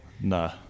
No